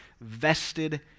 vested